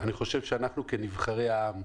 אני חושב שאנחנו, כנבחרי העם,